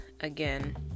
again